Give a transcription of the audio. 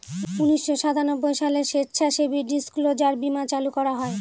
উনিশশো সাতানব্বই সালে স্বেচ্ছাসেবী ডিসক্লোজার বীমা চালু করা হয়